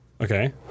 Okay